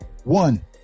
One